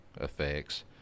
effects